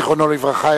זיכרונו לברכה,